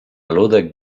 ludek